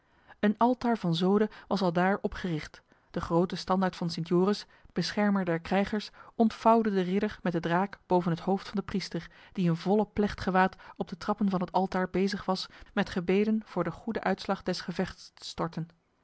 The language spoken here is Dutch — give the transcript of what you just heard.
een altaar van zode was aldaar opgericht de grote standaard van sint joris beschermer der krijgers ontvouwde de ridder met de draak boven het hoofd van de priester die in volle plechtgewaad op de trappen van het altaar bezig was met gebeden voor de goede uitslag des gevechts te storten